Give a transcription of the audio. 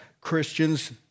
Christians